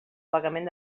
pagament